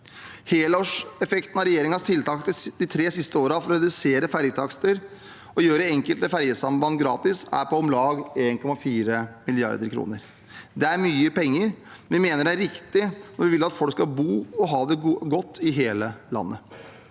Helårseffekten av regjeringens tiltak de tre siste årene for å redusere fergetakster og gjøre enkelte fergesamband gratis er på om lag 1,4 mrd. kr. Det er mye penger, men vi mener at det er riktig når vi vil at folk skal bo og ha det godt i hele landet.